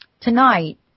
Tonight